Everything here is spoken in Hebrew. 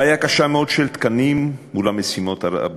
בעיה קשה מאוד של תקנים מול משימות רבות.